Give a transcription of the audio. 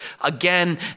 again